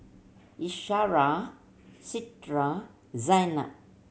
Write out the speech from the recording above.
Qaisara Citra Zaynab